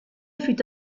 fut